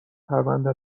پرنده